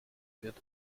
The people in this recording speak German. wird